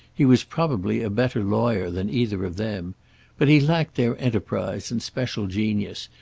he was probably a better lawyer than either of them but he lacked their enterprise and special genius,